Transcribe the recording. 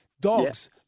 Dogs